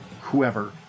whoever